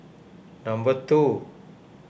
number two